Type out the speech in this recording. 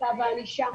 שפיטה וענישה.